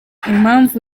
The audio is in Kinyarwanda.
impamvu